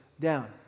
down